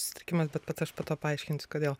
sutrikimas bet pata aš po to paaiškinsiu kodėl